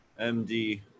MD